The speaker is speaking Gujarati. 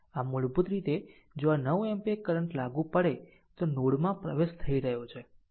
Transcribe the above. આમ મૂળભૂત રીતે જો આ 9 એમ્પીયર કરંટ લાગુ પડે તો નોડ માં પ્રવેશ થઈ રહ્યો છે